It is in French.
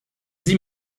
dix